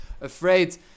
afraid